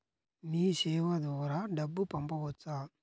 మీసేవ ద్వారా డబ్బు పంపవచ్చా?